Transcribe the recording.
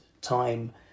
time